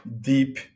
deep